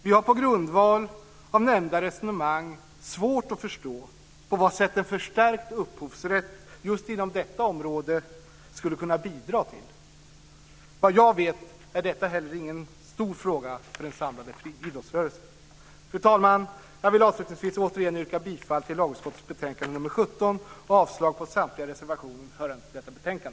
Vi har på grundval av nämnda resonemang svårt att förstå vad en förstärkt upphovsrätt just inom detta område skulle kunna bidra till. Vad jag vet är detta inte heller något stort problem för den samlade idrottsrörelsen. Fru talman! Jag vill avslutningsvis återigen yrka bifall till förslaget i lagutskottets betänkande nr 17